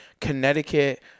Connecticut